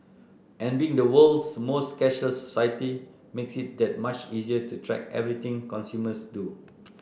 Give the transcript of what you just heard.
and being the world's most cashless society makes it that much easier to track everything consumers do